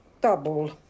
Double